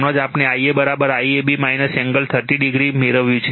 હમણાં જ આપણે Ia IAB એંગલ 30o મેળવ્યું છે